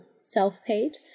self-paid